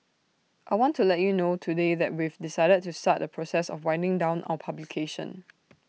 I want to let you know today that we've decided to start the process of winding down our publication